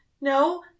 No